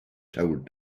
told